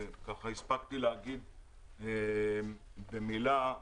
הספקתי להגיד במילה,